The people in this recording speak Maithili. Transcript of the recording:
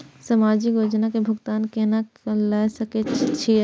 समाजिक योजना के भुगतान केना ल सके छिऐ?